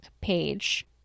page